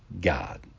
God